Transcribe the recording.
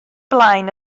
blaen